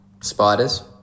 Spiders